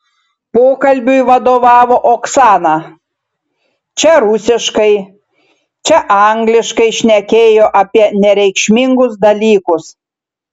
pokalbiui vadovavo oksana čia rusiškai čia angliškai šnekėjo apie nereikšmingus dalykus